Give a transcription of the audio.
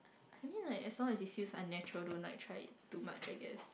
I mean like as long as it feels unnatural don't like try it too much I guess